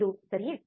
ಇದು ಸರಿಯೇ